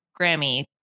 Grammy